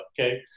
okay